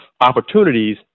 opportunities